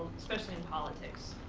especially in politics.